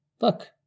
look